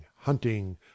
hunting